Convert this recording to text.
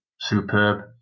Superb